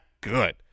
good